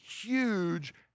huge